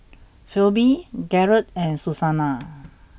Phoebe Garrett and Susannah